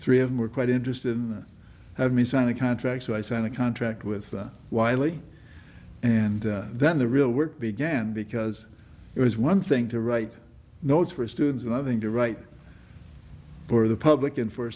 three of them were quite interested in that had me sign a contract so i signed a contract with wiley and then the real work began because it was one thing to write notes for students and having to write for the public and for